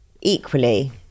equally